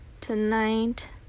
tonight